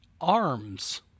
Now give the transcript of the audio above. Arms